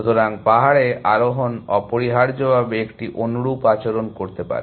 সুতরাং পাহাড়ে আরোহণ অপরিহার্যভাবে একটি অনুরূপ আচরণ করতে পারে